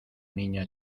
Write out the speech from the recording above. niña